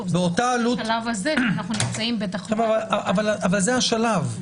בשלב הזה אנחנו נמצאים בתחלואה --- אבל זה השלב.